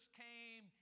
came